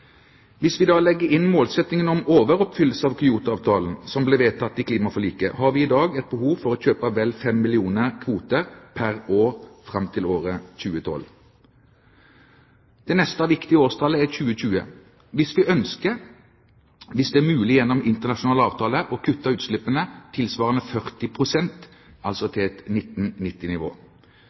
Hvis vi legger inn målsettingen om overoppfyllelse av Kyoto-avtalen, som ble vedtatt i klimaforliket, har vi pr. i dag et behov for å kjøpe vel 5 millioner kvoter pr. år fram til 2012. Det neste viktige årstallet er 2020. Vi ønsker, hvis det er mulig gjennom internasjonale avtaler, å kutte utslippene tilsvarende 40 pst., altså til